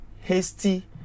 Hasty